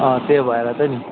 अँ त्यो भएर चाहिँ नि